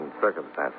circumstances